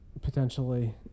potentially